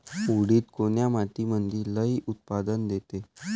उडीद कोन्या मातीमंदी लई उत्पन्न देते?